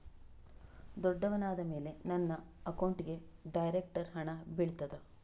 ದೊಡ್ಡವನಾದ ಮೇಲೆ ನನ್ನ ಅಕೌಂಟ್ಗೆ ಡೈರೆಕ್ಟ್ ಹಣ ಬೀಳ್ತದಾ?